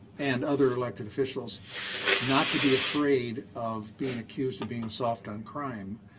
and other elected officials not to be afraid of being accused of being soft on crime.